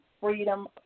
freedom